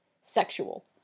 sexual